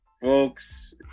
folks